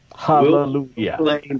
Hallelujah